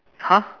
!huh!